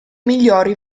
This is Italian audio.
migliori